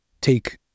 take